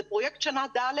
זה פרויקט שנה ד'.